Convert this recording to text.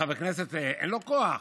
חבר הכנסת, אין לו כוח?